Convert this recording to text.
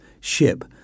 ship